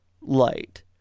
light